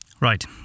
Right